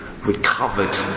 recovered